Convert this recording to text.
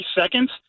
seconds